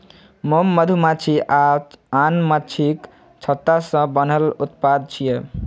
मोम मधुमाछी आ आन माछीक छत्ता सं बनल उत्पाद छियै